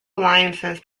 alliances